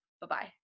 Bye-bye